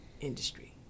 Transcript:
industry